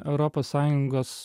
europos sąjungos